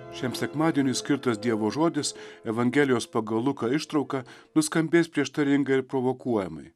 šiam sekmadieniui skirtas dievo žodis evangelijos pagal luką ištrauka nuskambės prieštaringai ir provokuojamai